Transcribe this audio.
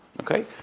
Okay